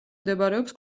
მდებარეობს